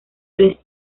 tres